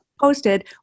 posted